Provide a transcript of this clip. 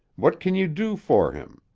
what can you do for him?